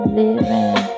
living